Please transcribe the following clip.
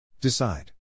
decide